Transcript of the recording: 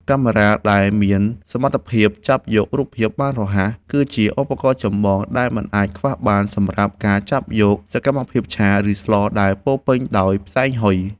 កាមេរ៉ាដែលមានសមត្ថភាពចាប់យករូបភាពបានរហ័ស គឺជាឧបករណ៍ចម្បងដែលមិនអាចខ្វះបានសម្រាប់ចាប់យកសកម្មភាពឆា ឬស្លដែលពោរពេញដោយផ្សែងហុយ។